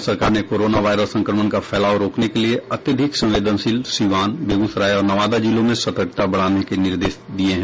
राज्य सरकार ने कोरोना वायरस संक्रमण का फैलाव रोकने के लिए अत्यधिक संवेदनशील सीवान बेगूसराय और नवादा जिलों में सतर्कता बढ़ाने के निर्देश दिए हैं